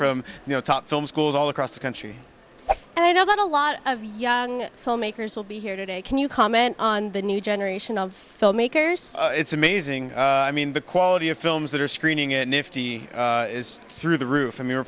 from you know top film schools all across the country and i know that a lot of young filmmakers will be here today can you comment on the new generation of filmmakers it's amazing i mean the quality of films that are screening it nifty is through the roof and we